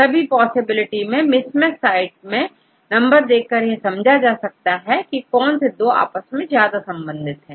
सभी पॉसिबिलिटी में mismatch site के नंबर देखकर यह समझा जा सकता है की कौन से दो आपस में ज्यादा संबंधित है